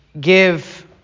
give